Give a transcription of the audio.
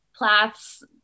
Plath's